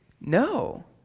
No